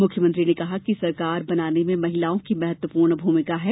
मुख्यमंत्री ने कहा कि सरकार बनाने में महिलाओं की महत्वपूर्ण भूमिका है